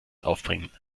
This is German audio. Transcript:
aufbringen